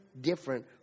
different